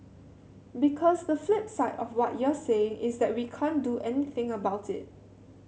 because the flip side of what you're saying is that we can't do anything about it